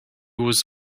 was